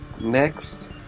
Next